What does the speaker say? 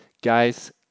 Guys